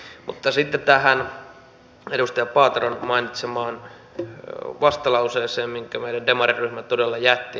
mutta sitten tähän edustaja paateron mainitsemaan vastalauseeseen minkä meidän demariryhmä todella jätti